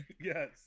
Yes